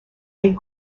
est